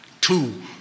Two